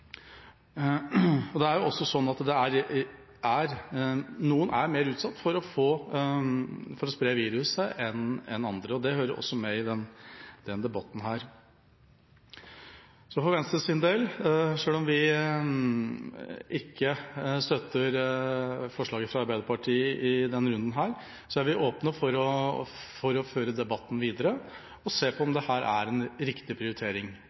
Det er også sånn at noen er mer utsatt for å få viruset enn andre. Det hører også med i denne debatten. Så for Venstres del, selv om vi ikke støtter forslaget fra Arbeiderpartiet i denne runden, er vi åpne for å føre debatten videre og se på om dette er en riktig prioritering.